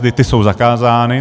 Ty jsou zakázány.